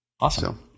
Awesome